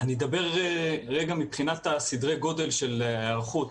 אני אדבר רגע על סדרי הגודל של ההיערכות.